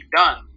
done